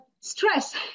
stress